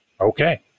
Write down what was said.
Okay